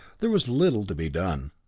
there was little to be done.